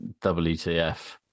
WTF